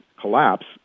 collapse